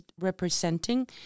representing